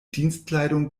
dienstkleidung